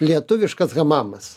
lietuviškas hamamas